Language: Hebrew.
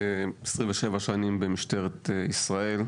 אני עובד כבר 27 שנים במשטרת ישראל,